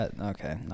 Okay